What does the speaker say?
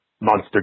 Monster